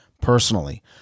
personally